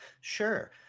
Sure